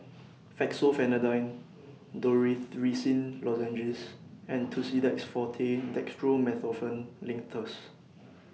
Fexofenadine Dorithricin Lozenges and Tussidex Forte Dextromethorphan Linctus